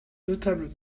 notables